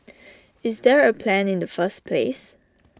is there A plan in the first place